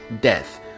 death